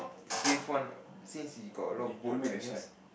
gave one since he got a lot of boat right I guess